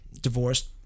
divorced